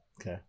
Okay